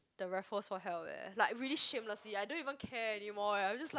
the Raffles for help leh like really shamelessly I don't even care anymore leh I'm just like